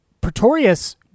pretorius